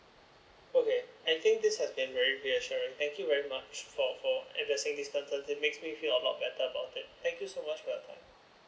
okay I think this has been very reassuring thank you very much for for addressing this makes me feel a lot better about it thank you so much welcome